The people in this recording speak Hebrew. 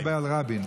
אתה מדבר על רבין.